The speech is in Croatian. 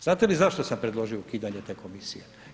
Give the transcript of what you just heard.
Znate vi zašto sam predložio ukidanje te komisije?